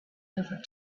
over